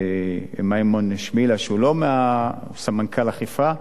מימון שמילה, סמנכ"ל אכיפה,